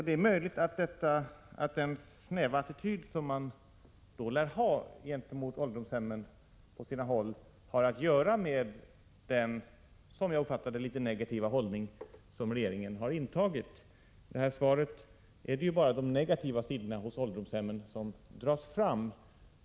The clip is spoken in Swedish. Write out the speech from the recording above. Det är möjligt att den snäva attityd som man på sina håll lär ha gentemot ålderdomshemmen har att göra med den, som jag uppfattar det, litet negativa hållning som regeringen har intagit. I svaret är det bara de negativa sidorna hos ålderdomshemmen som dras fram.